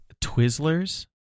Twizzlers